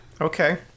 Okay